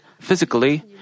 physically